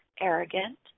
arrogant